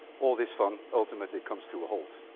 all this fun ultimately comes to a halt.